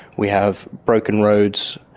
we have broken roads,